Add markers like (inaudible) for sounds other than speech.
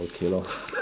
okay lor (laughs)